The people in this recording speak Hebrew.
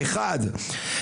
אחד,